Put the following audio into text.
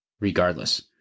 regardless